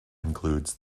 includes